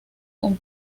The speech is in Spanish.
con